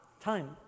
time